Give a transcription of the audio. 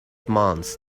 مانتس